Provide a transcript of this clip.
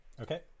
Okay